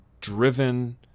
driven